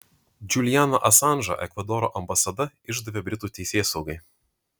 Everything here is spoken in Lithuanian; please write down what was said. džulianą asanžą ekvadoro ambasada išdavė britų teisėsaugai